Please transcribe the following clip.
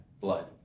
blood